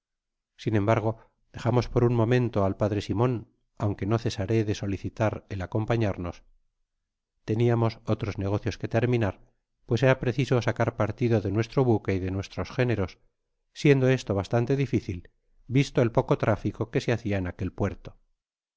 sin embargo dejamos por un momento al p si mon aunque no cesase de solicitar el acompañarnos teniamos otros negocios que terminar pues era preciso sacar partido de nuestro buque y de nuestros géneros siendo esto bastante dificil visto el poco tráfico que se hacia en aquel puerto